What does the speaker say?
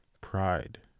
pride